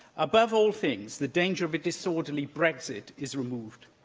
above all things, the danger of a disorderly brexit is removed.